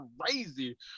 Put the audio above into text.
crazy